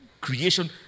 creation